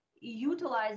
utilize